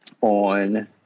on